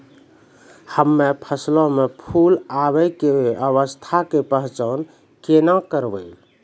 हम्मे फसलो मे फूल आबै के अवस्था के पहचान केना करबै?